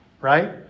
right